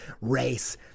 race